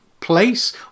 place